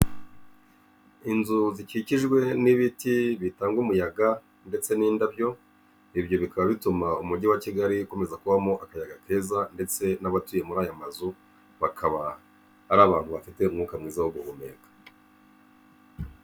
Inzu zikikijwe n'ibiti bitanga umuyaga, ndetse n'indabyo, ibyo bikaba bituma umujyi wa Kigali ukomeza kubamo akayaga keza, ndetse n'abatuye muri ayo mazu bakaba ari abantu bafite umwuka mwiza wo guhumeka.